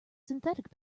synthetic